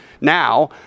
now